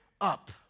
up